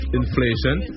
inflation